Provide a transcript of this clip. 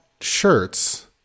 shirts